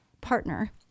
partner